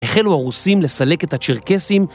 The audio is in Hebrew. החלו הרוסים לסלק את הצ'רקסים